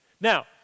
Now